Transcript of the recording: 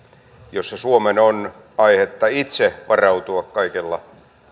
ja suomen on aihetta itse varautua kaikella